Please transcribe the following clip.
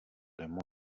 demo